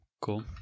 cool